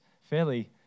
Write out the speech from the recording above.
fairly